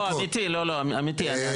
אמיתי,